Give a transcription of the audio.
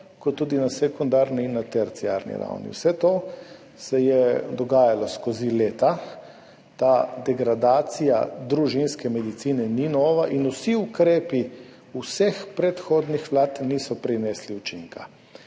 kot tudi na sekundarni in terciarni ravni. Vse to se je dogajalo skozi leta, ta degradacija družinske medicine ni nova, in vsi ukrepi vseh predhodnih vlad niso prinesli učinka.